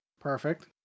Perfect